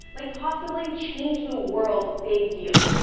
like possibly change the world big deal.